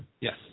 Yes